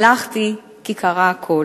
הלכתי, כי קרא הקול,